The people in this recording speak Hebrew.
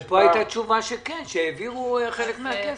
אבל פה הייתה תשובה שכן, שהעבירו חלק מן הכסף.